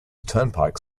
turnpike